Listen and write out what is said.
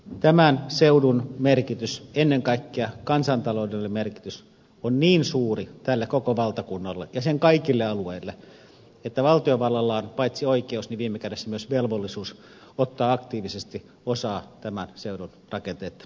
tämän seudun merkitys ennen kaikkea kansantaloudellinen merkitys on niin suuri koko tälle valtakunnalle ja sen kaikille alueille että valtiovallalla on paitsi oikeus niin viime kädessä myös velvollisuus ottaa aktiivisesti osaa tämän seudun rakenteitten järjestämiseen